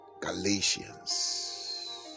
Galatians